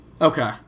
Okay